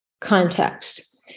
context